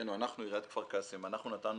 עיריית כפר קאסם נקראה